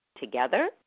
together